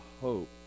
hope